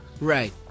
Right